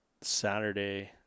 Saturday